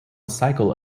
cycle